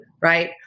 right